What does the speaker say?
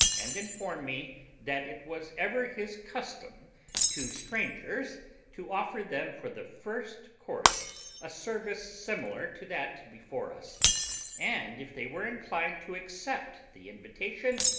and informed me that it was ever his custom to strangers to offer them for the first course a service similar to that before us and if they were inclined to accept the invitation,